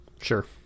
Sure